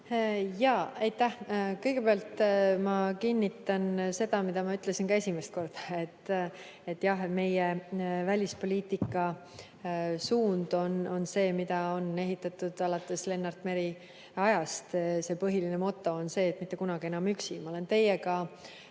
Kallas! Aitäh! Kõigepealt ma kinnitan seda, mida ma ütlesin ka esimesel korral: meie välispoliitika suund on see, mida on ehitatud alates Lennart Mere ajast. Põhiline moto on see, et mitte kunagi enam üksi. Ma olen teiega